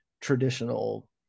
traditional